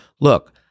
look